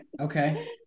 Okay